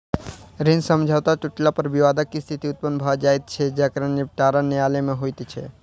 ऋण समझौता टुटला पर विवादक स्थिति उत्पन्न भ जाइत छै जकर निबटारा न्यायालय मे होइत छै